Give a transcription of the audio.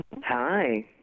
Hi